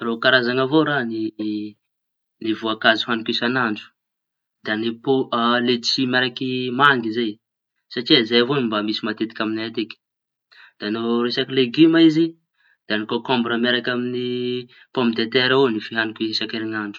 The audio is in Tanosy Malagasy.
Roa karazaña avao raha ny ny voankazo añiko isañandro da ny pô letisy miaraky manga zay. Satria zay avao mba misy matetiky amiñay atiky. Da no resaky legima izy da kôkômbra miaraky pôme de tera avao ny fihañiko isañandro.